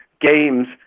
games